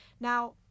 Now